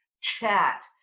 chat